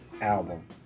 album